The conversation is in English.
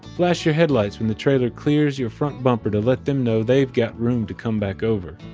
flash your headlights when the trailer clears your front bumper to let them know they've got room to come back over.